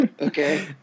Okay